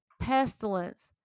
pestilence